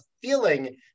feeling